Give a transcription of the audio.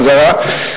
בחזרה.